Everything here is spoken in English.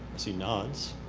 see nods.